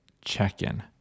check-in